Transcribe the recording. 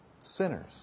sinners